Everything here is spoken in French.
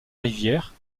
rivière